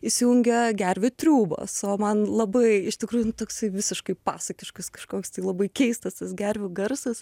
įsijungia gervių triūbos o man labai iš tikrųjų nu toksai visiškai pasakiškas kažkoks tai labai keistas tas gervių garsas